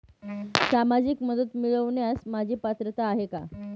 सामाजिक मदत मिळवण्यास माझी पात्रता आहे का?